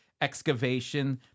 excavation